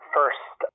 First